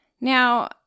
Now